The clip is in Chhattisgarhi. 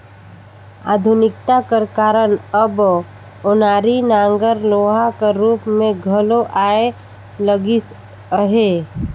आधुनिकता कर कारन अब ओनारी नांगर लोहा कर रूप मे घलो आए लगिस अहे